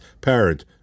Parent